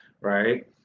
right